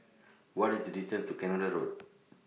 What IS The distance to Canada Road